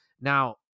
Now